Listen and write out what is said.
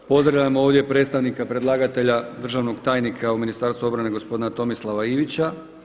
Pozdravljam ovdje predstavnika predlagatelja državnog tajnika u Ministarstvu obrane gospodina Tomislava Ivića.